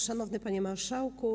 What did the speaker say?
Szanowny Panie Marszałku!